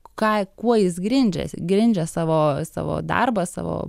ką kuo jis grindžiasi grindžia savo savo darbą savo